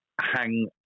hang